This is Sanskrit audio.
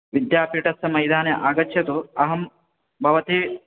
विद्यापीठस्य मैदाने आगच्छतु अहम् भवते